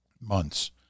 months